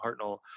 hartnell